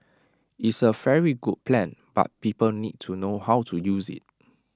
is A very good plan but people need to know how to use IT